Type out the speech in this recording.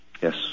yes